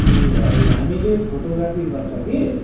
ए हजुर हामी चाहिँ फोटोग्राफी गर्छौँ कि